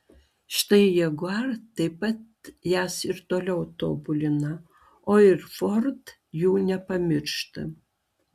štai jaguar taip pat jas ir toliau tobulina o ir ford jų nepamiršta